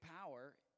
power